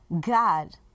God